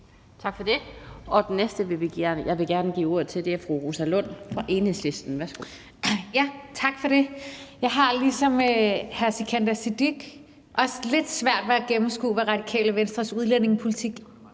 Tak for det. Den næste, jeg gerne vil give ordet til, er fru Rosa Lund fra Enhedslisten. Værsgo. Kl. 12:48 Rosa Lund (EL): Tak for det. Jeg har ligesom hr. Sikandar Siddique også lidt svært ved at gennemskue, hvad Radikale Venstres udlændingepolitik